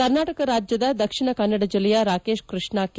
ಕರ್ನಾಟಕ ರಾಜ್ಜದ ದಕ್ಷಿಣ ಕನ್ನಡ ಜಿಲ್ಲೆಯ ರಾಕೇಶ್ ಕೃಷ್ಣ ಕೆ